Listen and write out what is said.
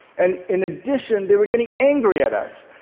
and in addition, they were getting angry at us,